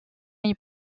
est